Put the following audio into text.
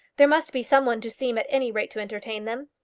there must be some one to seem at any rate to entertain them.